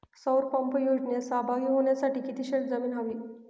सौर पंप योजनेत सहभागी होण्यासाठी किती शेत जमीन हवी?